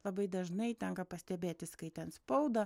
labai dažnai tenka pastebėti skaitant spaudą